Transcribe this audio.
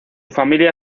familia